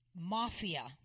mafia